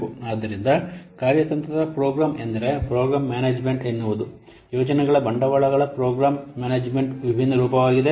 ಆದ್ದರಿಂದ ಕಾರ್ಯತಂತ್ರದ ಪ್ರೋಗ್ರಾಂ ಎಂದರೆ ಪ್ರೋಗ್ರಾಂ ಮ್ಯಾನೇಜ್ಮೆಂಟ್ ಎನ್ನುವುದು ಯೋಜನೆಗಳ ಬಂಡವಾಳಗಳ ಪ್ರೋಗ್ರಾಂ ಮ್ಯಾನೇಜ್ಮೆಂಟ್ನ ವಿಭಿನ್ನ ರೂಪವಾಗಿದೆ